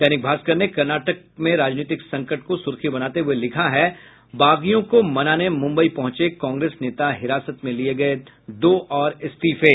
दैनिक भास्कर ने कर्नाटक में राजनीतिक संकट को सुर्खी बनाते हुए लिखा है बागियों को मनाने मुम्बई पहुंचे कांग्रेस नेता हिरासत में लिये गये दो और इस्तीफे